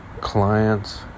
clients